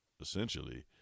essentially